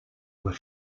were